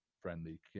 friendly